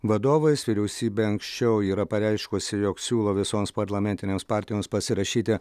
vadovais vyriausybė anksčiau yra pareiškusi jog siūlo visoms parlamentinėms partijoms pasirašyti